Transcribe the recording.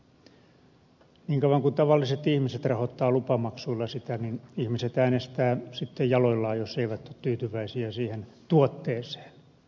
niin kauan kuin tavalliset ihmiset rahoittavat lupamaksuilla sitä niin ihmiset äänestävät sitten jaloillaan jos eivät ole tyytyväisiä siihen tuotteeseen